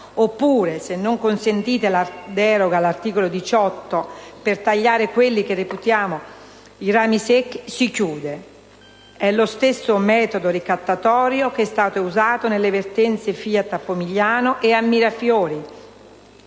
oppure: «se non consentite la deroga all'articolo 18 per tagliare quelli che reputiamo i rami secchi, si chiude». È lo stesso metodo ricattatorio che è stato usato nelle vertenze FIAT a Pomigliano e a Mirafiori,